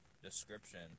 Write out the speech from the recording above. description